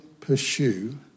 pursue